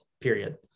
period